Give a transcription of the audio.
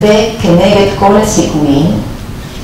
וכנגד כל הסיכויים